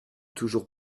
toujours